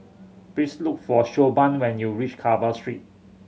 please look for Siobhan when you reach Carver Street